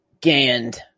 Gand